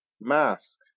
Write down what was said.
Mask